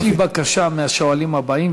יש לי בקשה מהשואלים הבאים,